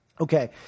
Okay